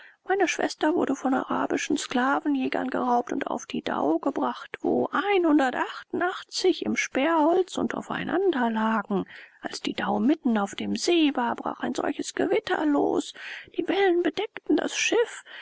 meine schwester wurde von arabischen sklavenjägern geraubt und auf die dhau gebracht wo im sperrholz und aufeinander lagen als die dhau mitten auf dem see war brach ein solches gewitter los die wellen bedeckten das schiff